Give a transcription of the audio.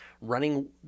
running